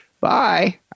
bye